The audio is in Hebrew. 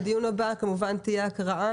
בדיון הבא כמובן תהיה הקראה,